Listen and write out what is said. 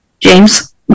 James